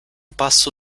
passo